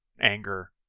anger